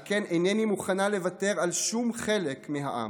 על כן, איני מוכנה לוותר על שום חלק מעמי,